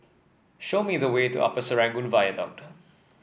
show me the way to Upper Serangoon Viaduct